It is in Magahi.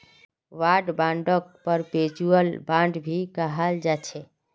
वॉर बांडक परपेचुअल बांड भी कहाल जाछे